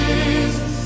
Jesus